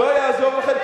לא יעזור לכם,